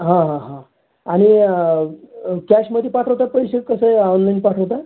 हां हां हां आणि कॅशमध्ये ठवता पैसे कसं आहे ऑनलाईन पाठवता